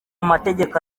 amategeko